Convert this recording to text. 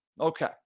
Okay